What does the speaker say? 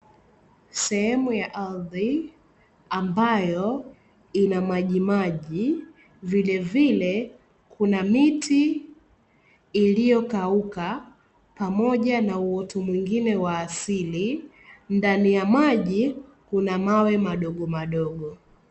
Sehemu ya ardhi ambayo ina maji maji, vilevile kuna miti iliyokauka pamoja na uoto mwingine wa asili ndani ya maji kuna mawe madogo madogo